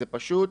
זאת פשוט